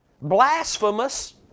blasphemous